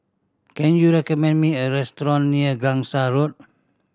can you recommend me a restaurant near Gangsa Road